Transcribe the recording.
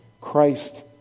Christ